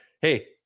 Hey